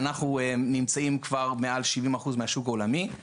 אנחנו נמצאים כבר מעל 70% מהשוק העולמי.